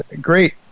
great